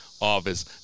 Office